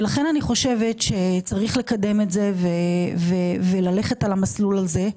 לכן אני חושבת שצריך לקדם את זה וללכת על המסלול הזה.